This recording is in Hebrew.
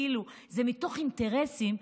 זה מתוך אינטרסים,